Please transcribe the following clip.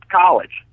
college